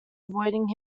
avoiding